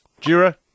Jura